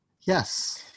Yes